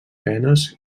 penes